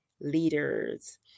leaders